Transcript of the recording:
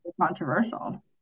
controversial